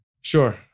Sure